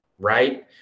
right